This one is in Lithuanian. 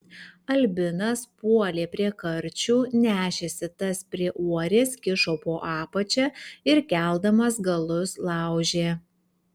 albinas puolė prie karčių nešėsi tas prie uorės kišo po apačia ir keldamas galus laužė